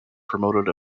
promoted